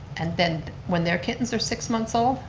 and then when their kittens are six months old,